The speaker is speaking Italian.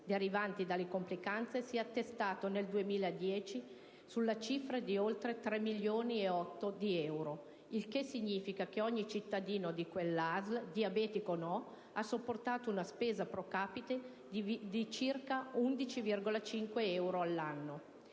derivanti dalle complicanze) si è attestato nel 2010 sulla cifra di oltre 3,8 milioni di euro, il che significa che ogni cittadino di quell'ASL (diabetico o no) ha sopportato una spesa *pro capite* di circa 11,5 euro l'anno.